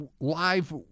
live